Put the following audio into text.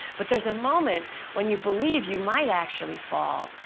but there's a moment when you believe you might actually fall.